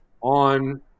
on